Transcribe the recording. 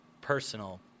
personal